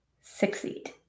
succeed